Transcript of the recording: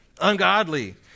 ungodly